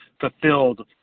fulfilled